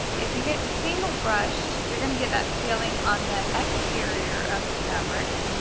if you get single brushed, you're gonna get that feeling on the exterior of the fabric,